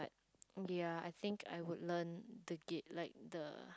ya I think I would learn the gift~ like the